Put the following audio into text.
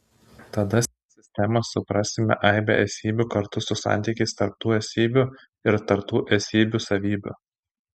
tada sistema suprasime aibę esybių kartu su santykiais tarp tų esybių ir tarp tų esybių savybių